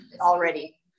Already